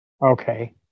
Okay